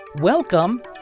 Welcome